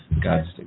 God's